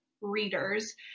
readers